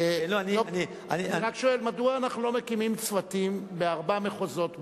אני רק שואל מדוע אנחנו לא מקימים צוותים בארבעה מחוזות בארץ,